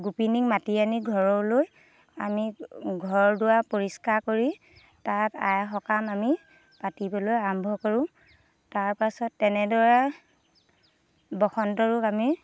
গোপিনীক মাতি আনি ঘৰলৈ আমি ঘৰ দুৱাৰ পৰিষ্কাৰ কৰি তাত আই সকাম আমি পাতিবলৈ আৰম্ভ কৰোঁ তাৰ পাছত তেনেদৰে বসন্ত ৰোগ আমি